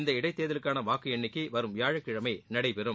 இந்த இடைத்தேர்தலுக்கான வாக்கு எண்ணிக்கை வரும் வியாழக்கிழமை நடைபெறும்